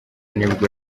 nibwo